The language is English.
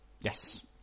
yes